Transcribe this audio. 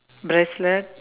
bracelet